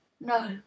No